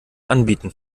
anbieten